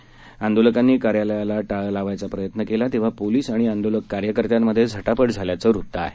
यावेळी आंदोलकांनी कार्यालयाचा टाळं लावण्याचा प्रयत्न केला तेव्हा पोलीस आणि आंदोलक कार्यकर्त्यांमधे झटापट झाल्याचं वृत्त आहे